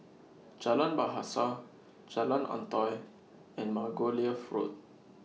Jalan Bahasa Jalan Antoi and Margoliouth Road